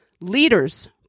Leaders